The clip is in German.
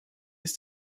ist